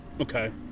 Okay